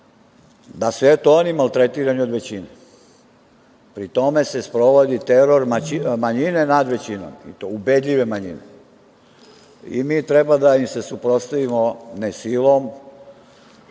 da su, eto, oni maltretirani od većine. Pri tome se sprovodi teror manjine nad većinom i to ubedljive manjine. Mi treba da im se suprotstavimo, ne silom,